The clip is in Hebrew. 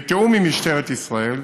בתיאום עם משטרת ישראל,